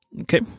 okay